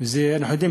אנחנו יודעים,